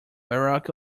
barack